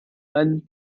mann